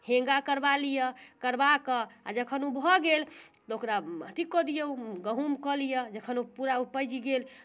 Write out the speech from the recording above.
हेङ्गा करबा लिऽ करबा कऽ जखन उ भऽ गेल तऽ ओकरा अथी कऽ दियौ गहुम कऽ लिऽ जखन उ पूरा उपजि गेल